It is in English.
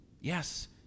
Yes